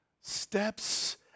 steps